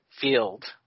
field –